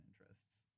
interests